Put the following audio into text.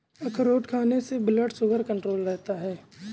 अखरोट खाने से ब्लड शुगर कण्ट्रोल रहता है